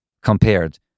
compared